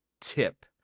tip